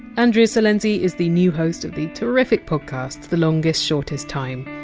andrea silenzi is the new host of the terrific podcast the longest shortest time,